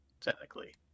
technically